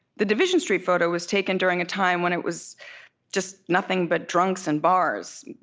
the division street photo was taken during a time when it was just nothing but drunks and bars.